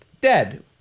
dead